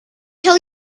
tell